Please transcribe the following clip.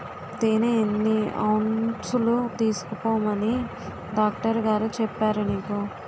తేనె ఎన్ని ఔన్సులు తీసుకోమని డాక్టరుగారు చెప్పారు నీకు